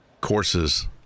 courses